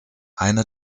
eine